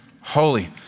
holy